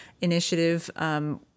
initiative